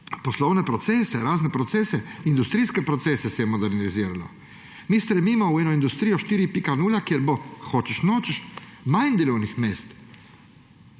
razne poslovne procese, industrijske procese se je moderniziralo. Mi stremimo v industrijo 4.0, kjer bo, hočeš nočeš, manj delovnih mest,